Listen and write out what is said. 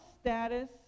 status